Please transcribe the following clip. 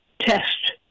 test